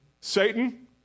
Satan